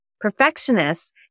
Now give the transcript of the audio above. Perfectionists